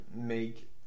make